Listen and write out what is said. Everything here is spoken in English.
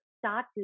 start